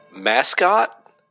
Mascot